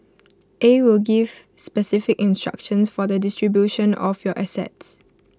A will gives specific instructions for the distribution of your assets